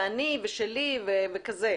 באני ושלי וכזה,